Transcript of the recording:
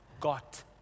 got